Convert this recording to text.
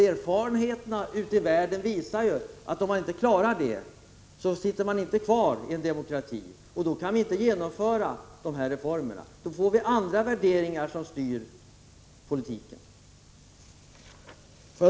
Erfarenheterna ute i världen visar att om socialdemokratin inte klarar ekonomin kan den inte fortsätta att regera och kan då inte genomföra dessa reformer. Då blir det andra värderingar som styr politiken.